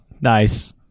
Nice